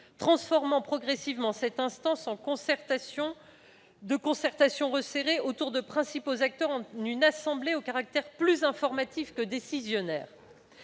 transformant progressivement cette instance de concertation resserrée autour des principaux acteurs en une assemblée au caractère plus informatif que décisionnaire.